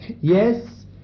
Yes